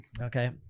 Okay